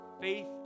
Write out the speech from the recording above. faith